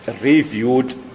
reviewed